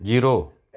zero